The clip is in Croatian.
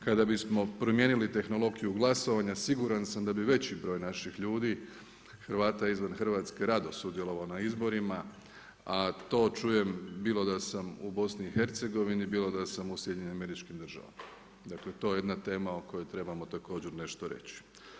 Kada bismo promijenili tehnologiju glasovanja siguran sam da bi veći broj naših ljudi, Hrvata izvan Hrvatske rado sudjelovao na izborima a to čujem bilo da sam u BiH, bilo da sam u SAD-u, dakle to je jedna tema o kojoj trebamo također nešto reći.